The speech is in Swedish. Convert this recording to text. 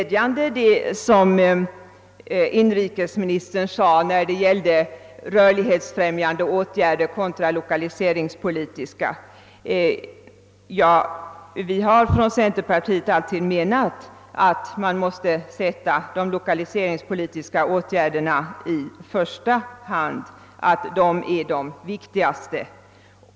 Det som inrikesministern nu sade om rörlighetsfrämjande åtgärder kontra lokaliseringspolitiska var glädjande. Centerpartiet har alltid ansett att man måste satsa på de lokaliseringspolitiska åtgärderna i första hand, ty de är de viktigaste.